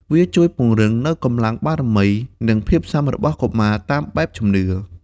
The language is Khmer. វាជួយពង្រឹងនូវកម្លាំងបារមី និងភាពស៊ាំរបស់កុមារតាមបែបជំនឿ។